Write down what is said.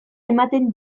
ematen